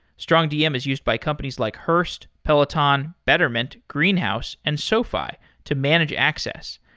strongdm is used by companies like hurst, peloton, betterment, greenhouse and sofi to manage access.